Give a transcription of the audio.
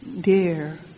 Dear